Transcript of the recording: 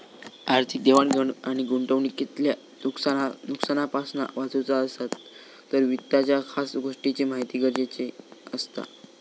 आर्थिक देवाण घेवाण आणि गुंतवणूकीतल्या नुकसानापासना वाचुचा असात तर वित्ताच्या खास गोष्टींची महिती गरजेची असता